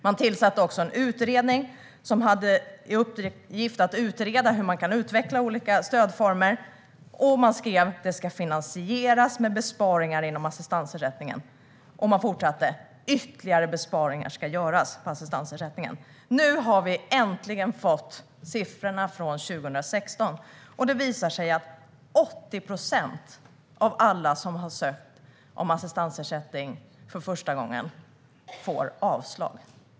Man tillsatte också en utredning som skulle se över hur man kan utveckla olika stödformer, och man skrev att det ska finansieras genom besparingar inom assistansersättningen. Man fortsatte: Ytterligare besparingar på assistansersättningen ska göras. Nu har vi äntligen fått siffrorna från 2016, och det visar sig att 80 procent av alla som har ansökt om assistansersättning för första gången har fått avslag.